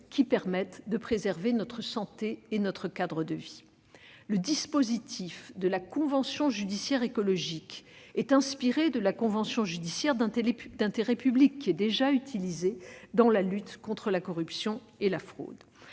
qui permettent de préserver notre santé et notre cadre de vie. Le dispositif de la convention judiciaire écologique est inspiré de la convention judiciaire d'intérêt public, qui est déjà utilisée dans la lutte contre la corruption et la fraude.